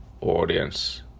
audience